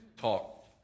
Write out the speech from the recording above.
talk